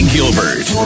Gilbert